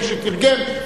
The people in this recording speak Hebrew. מי שתרגם,